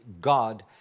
God